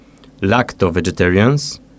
lacto-vegetarians